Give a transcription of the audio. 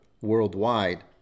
worldwide